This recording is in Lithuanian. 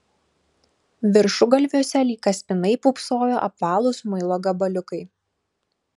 viršugalviuose lyg kaspinai pūpsojo apvalūs muilo gabaliukai